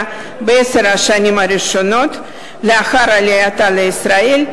בעשר השנים הראשונות לאחר עלייתה לישראל,